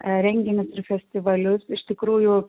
renginius festivalius iš tikrųjų